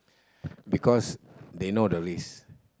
because they know the risk